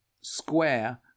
square